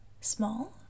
small